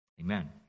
Amen